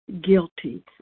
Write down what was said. Guilty